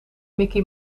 mickey